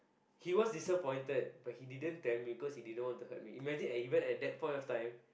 he was disappointed but he didn't tell me because he didn't want to hurt me imagine even at that point of them